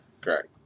correct